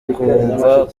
kumva